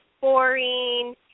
boring